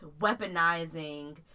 weaponizing